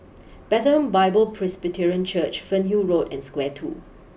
Bethlehem Bible Presbyterian Church Fernhill Road and Square two